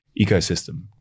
ecosystem